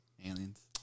Aliens